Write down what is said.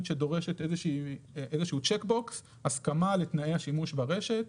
שדורשת איזשהו צ'ק בוקס; הסכמה לתאי השימוש ברשת.